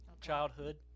childhood